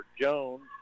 Jones